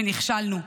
ונכשלנו.